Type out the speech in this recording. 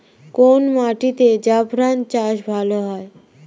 কোন মাটিতে জাফরান চাষ ভালো হয়?